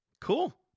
Cool